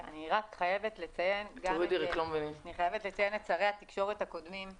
אני חייבת לציין גם את שרי התקשורת הקודמים,